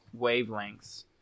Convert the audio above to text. wavelengths